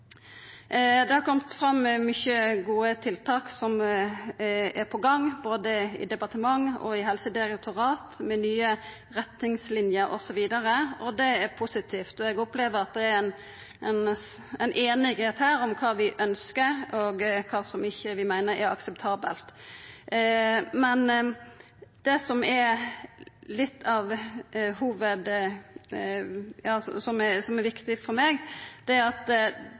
Det har kome fram at det er mange gode tiltak på gang i både departement og helsedirektorat, som nye retningslinjer osv. Det er positivt, og eg opplever at det er einigheit her om kva vi ønskjer, og kva vi meiner ikkje er akseptabelt. Det som er viktig for meg, er at desse barna, når dei vert fødde, har rett til ei individuell vurdering av behov for